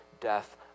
death